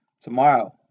tomorrow